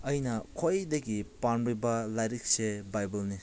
ꯑꯩꯅ ꯈ꯭ꯋꯥꯏꯗꯒꯤ ꯄꯥꯝꯂꯤꯕ ꯂꯥꯏꯔꯤꯛꯁꯦ ꯕꯥꯏꯕꯜꯅꯤ